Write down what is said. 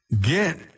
get